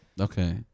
okay